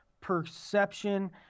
perception